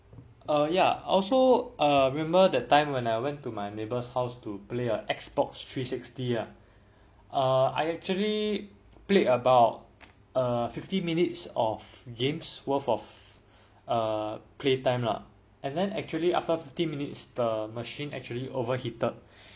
uh ya I also uh remember that time when I went to my neighbor's house to play a Xbox three sixty ah err I actually played about uh fifteen minutes of games worth of err play time lah and then actually after fifteen minutes the machine actually overheated